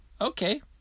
Okay